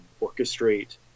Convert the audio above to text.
orchestrate